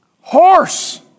horse